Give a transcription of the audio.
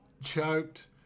choked